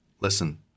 listen